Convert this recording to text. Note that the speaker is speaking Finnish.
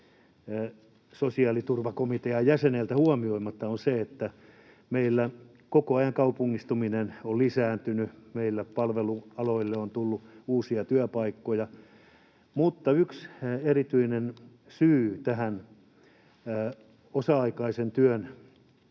sosiaaliturvakomitean jäseneltä huomioimatta, on se, että meillä koko ajan kaupungistuminen on lisääntynyt ja meillä palvelualoille on tullut uusia työpaikkoja, ja yksi erityinen syy tämän osa-aikaisen työn